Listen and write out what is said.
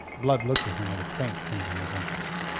blood looked at him with a faint kindling of interest.